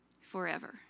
forever